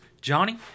Johnny